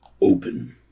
open